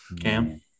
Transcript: Cam